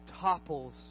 topples